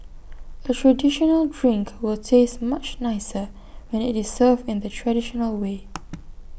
A traditional drink will taste much nicer when IT is served in the traditional way